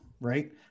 right